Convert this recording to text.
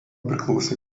priklausė